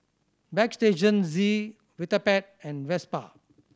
Bagstationz Vitapet and Vespa